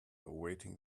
awaiting